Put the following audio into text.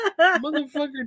Motherfucker